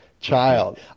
Child